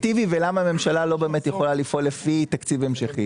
הממשלה לא יכולה לפעול באמת לפי תקציב המשכי.